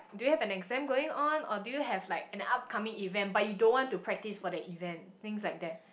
do you have an exam going on or do you have like an upcoming event but you don't want to practise for that event things like that